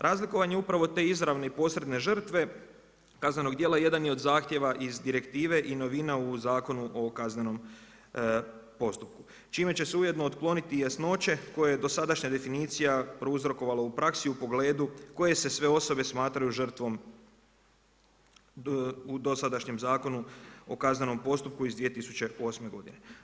Razlikovanje upravo te izravne i posredne žrtve, kaznenog djela jedan je od zahtjeva iz direktive i novina u Zakonu o kaznenom postupku čime će se ujedno otkloniti i nejasnoće koje je dosadašnja definicija prouzrokovala u praksi u pogledu koje se sve osobe smatraju žrtvom u dosadašnjem Zakonu o kaznenom postupku iz 2008. godine.